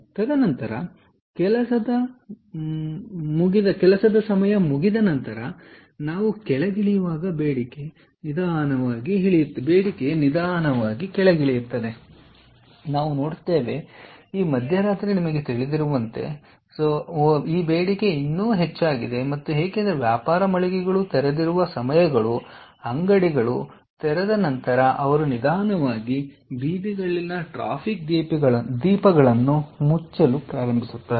ತದನಂತರ ಕೆಲಸದ ದಿನ ಮುಗಿದ ನಂತರ ನಾವು ಕೆಳಗಿಳಿಯುವಾಗ ಬೇಡಿಕೆ ನಿಧಾನವಾಗಿ ಇಳಿಯುವುದನ್ನು ನಾವು ನೋಡುತ್ತೇವೆ ಈ ಮಧ್ಯರಾತ್ರಿ ನಿಮಗೆ ತಿಳಿದಿರುವಂತೆ ಹೋಲಿಸಿದರೆ ಈ ಬೇಡಿಕೆ ಇನ್ನೂ ಹೆಚ್ಚಾಗಿದೆ ಮತ್ತು ಏಕೆಂದರೆ ವ್ಯಾಪಾರ ಮಳಿಗೆಗಳು ತೆರೆದಿರುವ ಸಮಯಗಳು ಅಂಗಡಿಗಳು ತೆರೆದ ನಂತರ ಅವರು ನಿಧಾನವಾಗಿ ಬೀದಿಗಳಲ್ಲಿನ ಟ್ರಾಫಿಕ್ ದೀಪಗಳನ್ನು ಮುಚ್ಚಲು ಪ್ರಾರಂಭಿಸುತ್ತಾರೆ